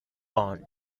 burned